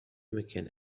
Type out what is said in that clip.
مكان